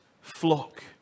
flock